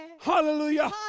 Hallelujah